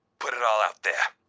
put it all out there.